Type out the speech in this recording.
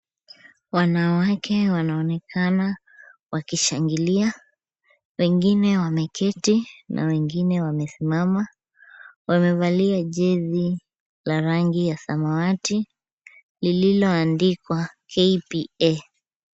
Wanawake wanaonekana wakishangilia. Wengine wameketin a wengine wamesimama, wamevalia jezi la rangi ya samawati lililoandikwa KPA.